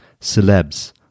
Celebs